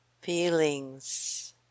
feelings